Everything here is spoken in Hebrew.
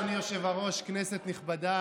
אדוני היושב-ראש, כנסת נכבדה,